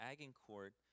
Agincourt